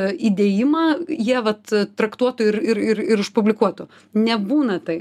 įdėjimą jie vat traktuotų ir ir ir ir išpublikuotų nebūna taip